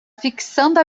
fixando